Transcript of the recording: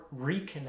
reconnect